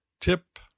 Tip